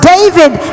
David